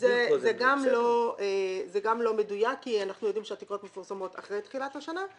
זה גם לא מדויק כי אנחנו יודעים שהתקרות מפורסמות אחרי תחילת השנה.